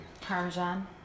Parmesan